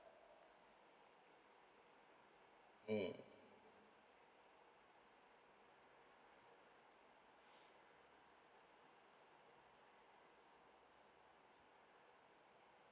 mm